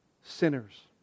sinners